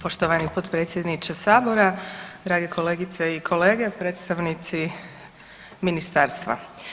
Poštovani potpredsjedniče Sabora, drage kolegice i kolege, predstavnici ministarstva.